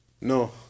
No